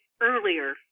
earlier